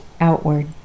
outward